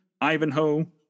Ivanhoe